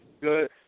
Good